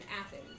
Athens